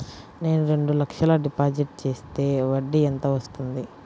నేను రెండు లక్షల డిపాజిట్ చేస్తే వడ్డీ ఎంత వస్తుంది?